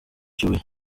kibuye